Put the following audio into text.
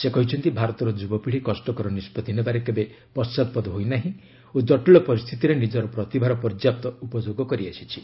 ସେ କହିଛନ୍ତି ଭାରତର ଯୁବପିଢ଼ି କଷ୍ଟକର ନିଷ୍ପଭି ନେବାରେ କେବେ ପଶ୍ଚାତପଦ ହୋଇନାହିଁ ଓ ଜଟିଳ ପରିସ୍ଥିତିରେ ନିଜର ପ୍ରତିଭାର ପର୍ଯ୍ୟାପ୍ତ ଉପଯୋଗ କରିଆସିଛି